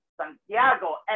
Santiago